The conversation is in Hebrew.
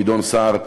גדעון סער,